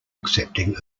accepting